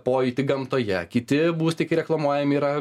pojūtį gamtoje kiti būstai kai reklamuojami yra